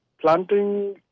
planting